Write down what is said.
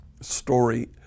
story